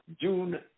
June